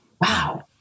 Wow